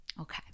Okay